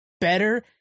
better